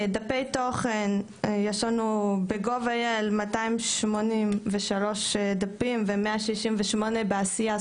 דפי תוכן, ב-gov.il 283 דפים ו-168 בעשייה.